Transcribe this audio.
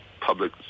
public